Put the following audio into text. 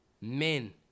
men